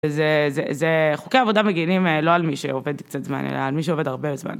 זה, חוקי עבודה מגינים, לא על מי שעובד קצת זמן, אלא על מי שעובד הרבה זמן.